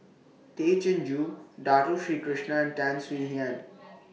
Tay Chin Joo Dato Sri Krishna and Tan Swie Hian